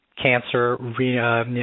cancer